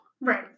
Right